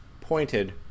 pointed